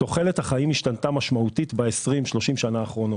תוחלת החיים השתנתה משמעותית ב-20-30 שנה אחרונות.